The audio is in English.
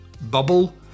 bubble